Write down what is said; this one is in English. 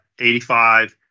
85